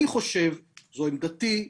לדעתי זאת עמדתי,